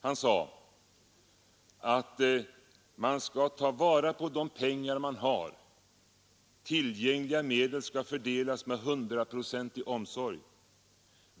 Han sade att man skall ta vara på de pengar man har. ”Tillgängliga medel skall fördelas med hundraprocentig omsorg.